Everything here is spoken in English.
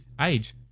Age